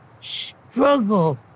struggle